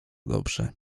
dobrze